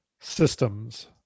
systems